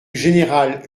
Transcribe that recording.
général